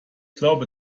glaube